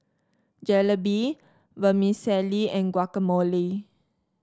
Jalebi Vermicelli and Guacamole